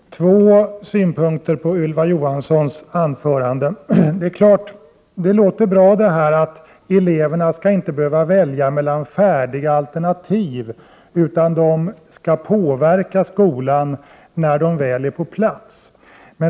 Herr talman! Jag har två synpunkter på Ylva Johanssons anförande. Det är klart att det låter bra att eleverna inte skall behöva välja mellan färdiga alternativ. De skall påverka skolan när de väl är på plats.